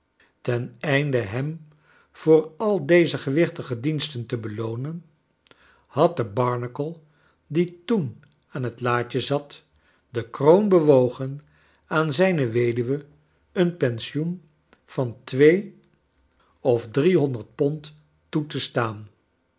ten einde hem voor al deze gewichtige diensten te beloonen had de barnacle die toen aan het laadje zat de kroon bewogen aan zijne weduwe een pensioen van twee of driehonderd pond toe te staan